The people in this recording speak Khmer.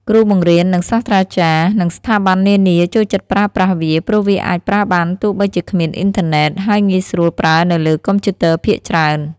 គ្រូបង្រៀន និងសាស្ត្រាចារ្យ និងស្ថាប័ននានាចូលចិត្តប្រើប្រាស់វា ព្រោះវាអាចប្រើបានទោះបីជាគ្មានអ៊ីនធឺណេត ហើយងាយស្រួលប្រើនៅលើកុំព្យូទ័រភាគច្រើន។